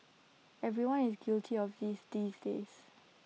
everyone is guilty of these these days